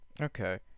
Okay